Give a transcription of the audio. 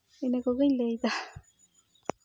ᱤᱱᱟᱹ ᱠᱚᱜᱮᱧ ᱞᱟᱹᱭᱮᱫᱟ